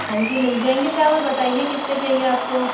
हाँ जी मिल जाएंगे चावल बताइए कितने चाहिए आपको